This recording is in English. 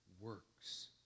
works